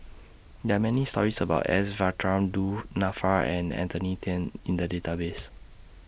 There Are Many stories about S Varathan Du Nanfa and Anthony Then in The Database